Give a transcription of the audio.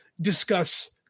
discuss